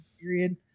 Period